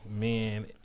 men